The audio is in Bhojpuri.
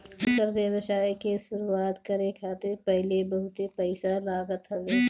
एकर व्यवसाय के शुरुआत करे खातिर पहिले बहुते पईसा लागत हवे